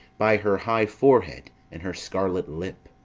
by her high forehead and her scarlet lip,